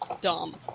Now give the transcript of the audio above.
dumb